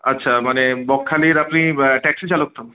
আচ্ছা মানে বকখালির আপনি ট্যাক্সি চালক তো